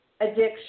addiction